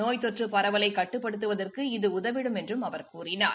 நோய் தொற்று பரவலை கட்டுப்படுத்துவதற்கு இது உதவிடும் என்றும் அவர் கூறினார்